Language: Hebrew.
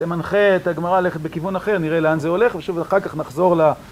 זה מנחה את הגמרא ללכת בכיוון אחר, נראה לאן זה הולך, ושוב, אחר כך נחזור ל...